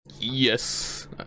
Yes